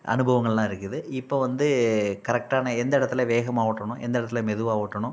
அனுபவங்கள்லாம் இருக்குது இப்போ வந்து கரெக்டான எந்த இடத்துல வேகமா ஓட்டணும் எந்த இடத்துல மெதுவாக ஓட்டணும்